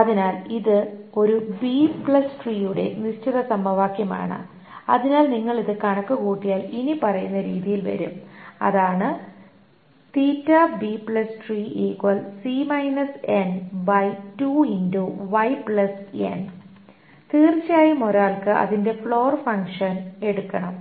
അതിനാൽ ഇത് ഒരു ബി ട്രീയുടെ B tree നിശ്ചിത സമവാക്യമാണ് അതിനാൽ നിങ്ങൾ ഇത് കണക്കുകൂട്ടിയാൽ ഇനിപ്പറയുന്ന രീതിയിൽ വരും അതാണ് തീർച്ചയായും ഒരാൾക്ക് അതിന്റെ ഫ്ലോർ ഫംഗ്ഷൻ എടുക്കണം